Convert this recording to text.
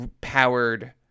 powered